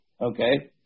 Okay